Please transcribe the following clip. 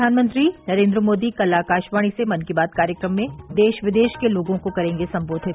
प्रधानमंत्री नरेंद्र मोदी कल आकाशवाणी से मन की बात कार्यक्रम में देश विदेश के लोगों को करेंगे संबोधित